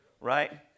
Right